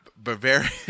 Bavarian